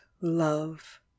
love